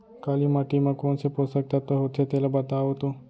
काली माटी म कोन से पोसक तत्व होथे तेला बताओ तो?